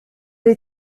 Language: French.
les